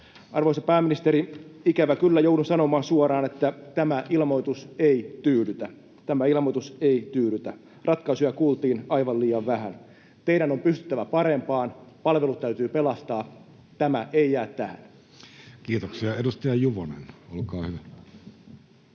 Arvoisa pääministeri, ikävä kyllä joudun sanomaan suoraan, että tämä ilmoitus ei tyydytä — tämä ilmoitus ei tyydytä. Ratkaisuja kuultiin aivan liian vähän. Teidän on pystyttävä parempaan, palvelut täytyy pelastaa. Tämä ei jää tähän. Kiitoksia. — Edustaja Juvonen, olkaa hyvä.